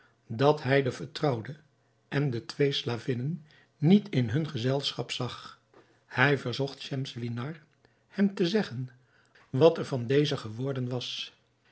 dat hij de vertrouwde en de twee slavinnen niet in hun gezelschap zag hij verzocht schemselnihar hem te zeggen wat er van deze geworden was